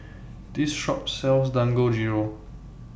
This Shop sells Dangojiru